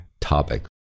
topic